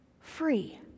Free